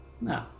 No